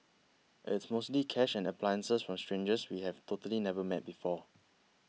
it's mostly cash and appliances from strangers we have totally never met before